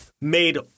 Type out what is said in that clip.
made